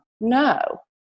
No